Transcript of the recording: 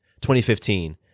2015